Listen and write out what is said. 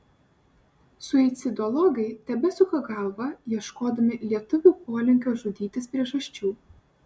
suicidologai tebesuka galvą ieškodami lietuvių polinkio žudytis priežasčių